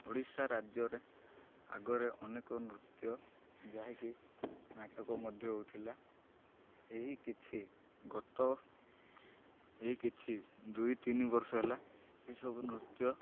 ଓଡ଼ିଶା ରାଜ୍ୟରେ ଆଗରେ ଅନେକ ନୃତ୍ୟ ଯାହାକି ନାଟକ ମଧ୍ୟ ହେଉଥିଲା ଏହି କିଛି ଗତ ଏହି କିଛି ଦୁଇ ତିନି ବର୍ଷ ହେଲା ସେସବୁ ନୃତ୍ୟ